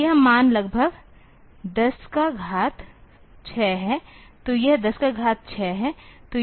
तो यह मान लगभग 106 है तो यह 106 है